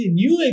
new